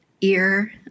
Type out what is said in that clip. ear